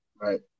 Right